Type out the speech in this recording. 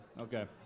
Okay